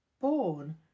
born